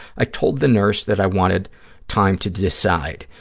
i told the nurse that i wanted time to decide.